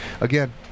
again